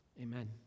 Amen